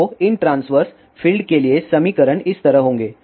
तो इन transverse field के लिए समीकरण इस तरह होंगे